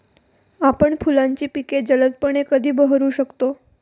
आपण फुलांची पिके जलदपणे कधी बहरू शकतो?